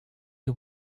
you